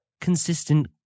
consistent